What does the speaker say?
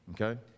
Okay